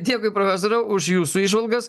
dėkui profesoriau už jūsų įžvalgas